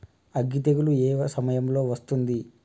అగ్గి తెగులు ఏ సమయం లో వస్తుంది?